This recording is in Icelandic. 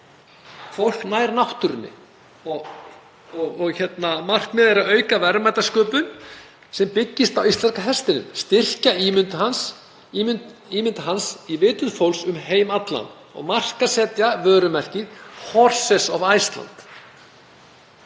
fólk nær náttúrunni og markmiðið er að auka verðmætasköpun sem byggist á íslenska hestinum, styrkja ímynd hans í vitund fólks um heim allan og markaðssetja vörumerkið Horses of Iceland.